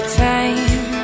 time